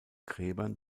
gräbern